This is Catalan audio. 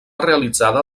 realitzada